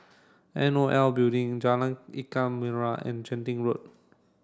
N O L Building Jalan Ikan Merah and Genting Road